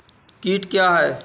कीट क्या है?